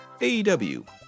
AEW